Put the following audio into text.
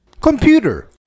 Computer